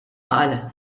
qal